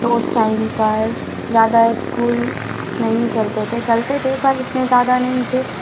तो उस टाइम पर ज्यादा स्कूल नहीं चलते थे चलते थे पर इतने ज्यादा नहीं थे